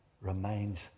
remains